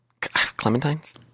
Clementines